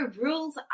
rules